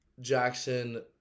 Jackson